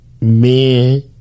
Men